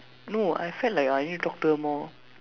no I felt like I need talk to her more